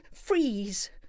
freeze